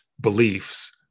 beliefs